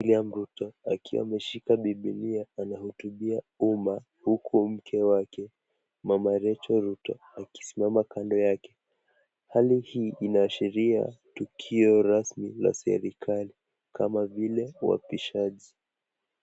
William Ruto akiwa ameshika bibilia anahutubia umma huku mke wake Mama Rachel Ruto akisimama kando yake. Hali hii inaashiria tukio rasmi la serikali kama vile uapishaji.